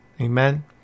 Amen